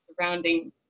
surrounding